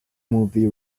movie